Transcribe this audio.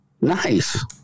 Nice